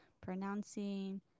pronouncing